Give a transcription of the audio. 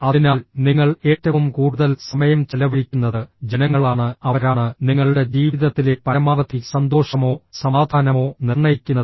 അതിനാൽ നിങ്ങൾ ഏറ്റവും കൂടുതൽ സമയം ചെലവഴിക്കുന്നത് ജനങ്ങളാണ് അവരാണ് നിങ്ങളുടെ ജീവിതത്തിലെ പരമാവധി സന്തോഷമോ സമാധാനമോ നിർണ്ണയിക്കുന്നത്